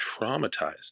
traumatized